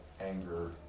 anger